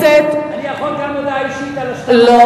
גם אני יכול הודעה אישית על השטר הזה?